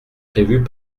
prévues